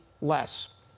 less